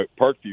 Parkview